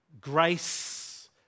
grace